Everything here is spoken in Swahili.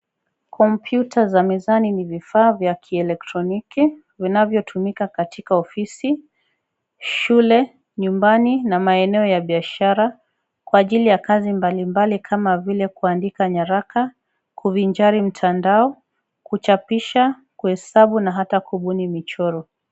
Computer za mezani ni vifaa vya kielektroniki vinavyotumika katika ofisi, shule, nyumbani, na maeneo ya biashara kwa ajili ya kazi mbalimbali kama vile kuandika nyaraka, kuvinjari mtandao, kuchapisha, kuhesabu, na hata kubuni michoro.